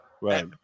right